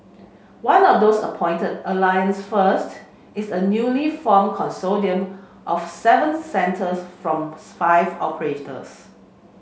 one of those appointed Alliance First is a newly formed consortium of seven centres from five operators